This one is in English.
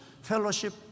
fellowship